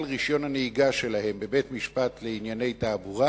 רשיון הנהיגה שלהם בבית-משפט לענייני תעבורה,